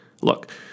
look